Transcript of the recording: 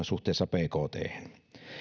suhteessa bkthen